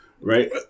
right